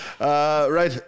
...right